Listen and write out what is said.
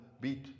beat